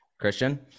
Christian